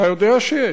אתה יודע שיש.